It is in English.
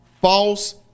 false